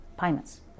payments